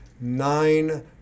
nine